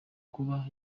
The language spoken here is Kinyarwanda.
kuba